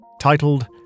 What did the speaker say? titled